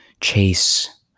chase